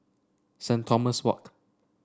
Saint Thomas Walk